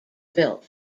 built